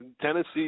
Tennessee